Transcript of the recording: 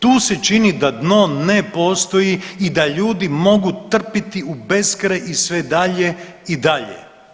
Tu se čini da dno ne postoji i da ljudi mogu trpiti u beskraj i sve dalje i dalje.